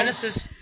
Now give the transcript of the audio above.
Genesis